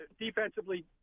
defensively